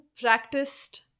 practiced